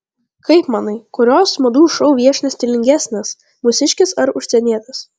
kaip manai kurios madų šou viešnios stilingesnės mūsiškės ar užsienietės